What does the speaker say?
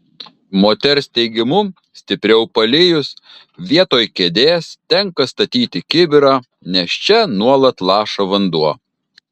moters teigimu stipriau palijus vietoj kėdės tenka statyti kibirą nes čia nuolat laša vanduo